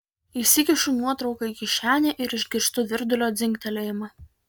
įsikišu nuotrauką į kišenę ir išgirstu virdulio dzingtelėjimą